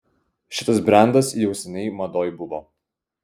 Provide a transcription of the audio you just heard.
šitas brendas jau seniai madoj buvo